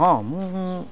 ହଁ ମୁଁ